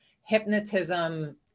hypnotism